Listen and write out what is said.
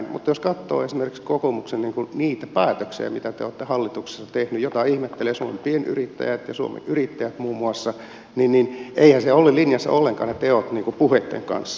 mutta jos katsoo esimerkiksi niitä kokoomuksen päätöksiä joita te olette hallituksessa tehneet joita ihmettelevät suomen pienyrittäjät ja suomen yrittäjät muun muassa niin eiväthän ne teot olleet linjassa ollenkaan puheitten kanssa